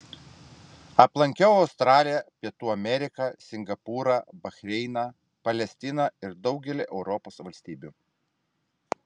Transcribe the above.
aplankiau australiją pietų ameriką singapūrą bahreiną palestiną ir daugelį europos valstybių